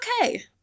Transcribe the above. okay